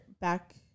back